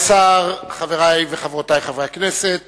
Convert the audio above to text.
חברי וחברותי חברי הכנסת,